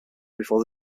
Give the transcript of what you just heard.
before